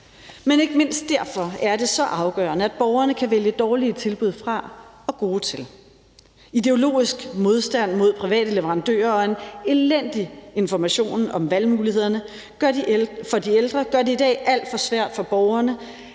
Men ikke mindst derfor er det så afgørende, at borgerne kan vælge dårlige tilbud fra og gode til. Ideologisk modstand mod private leverandører og en elendig information om valgmulighederne for de ældre gør det i dag alt for svært for borgerne